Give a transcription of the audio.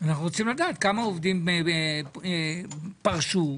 כמה עובדים פרשו,